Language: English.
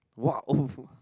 !wow!